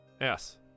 Yes